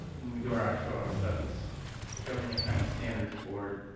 when we do our actual studies, the government accounting standards board